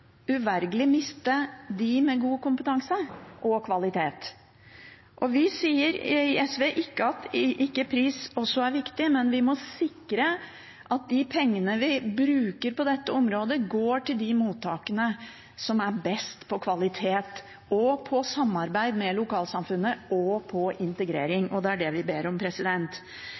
uvegerlig miste dem med god kompetanse og kvalitet. Vi i SV sier ikke at pris ikke også er viktig, men vi må sikre at pengene vi bruker på dette området, går til de mottakene som er best på kvalitet, på samarbeid med lokalsamfunnet og på integrering. Det er det vi ber om.